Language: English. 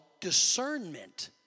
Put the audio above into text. discernment